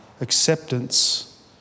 acceptance